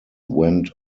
went